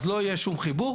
אז לא יהיה שום חיבור,